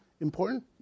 important